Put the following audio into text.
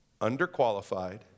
underqualified